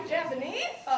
Japanese